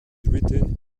written